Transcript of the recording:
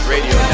Radio